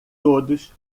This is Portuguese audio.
todos